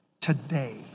Today